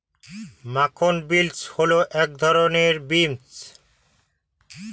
মাখন বিন্স হল এক ধরনের বিন্স